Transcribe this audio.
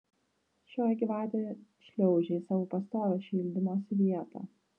šioji gyvatė šliaužė į savo pastovią šildymosi vietą